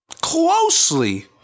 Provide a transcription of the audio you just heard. closely